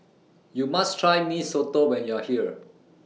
YOU must Try Mee Soto when YOU Are here